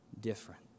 different